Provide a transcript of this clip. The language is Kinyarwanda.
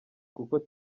kuko